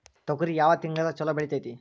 ತೊಗರಿ ಯಾವ ತಿಂಗಳದಾಗ ಛಲೋ ಬೆಳಿತೈತಿ?